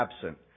absent